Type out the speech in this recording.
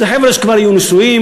זה חבר'ה שכבר יהיו נשואים,